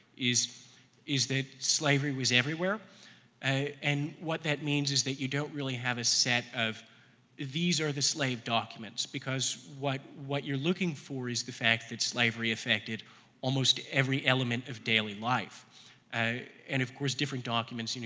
is is that slavery was everywhere and what that means is that you don't really have a set of these are the slave documents because what what you're looking for is the fact that slavery affected almost every element of daily life ah and of course different documents, you know